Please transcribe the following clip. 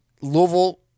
Louisville